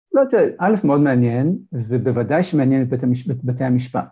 ‫לא יודע, תראה, א' מאוד מעניין, ‫ובוודאי שמעניין את בתי המשפט.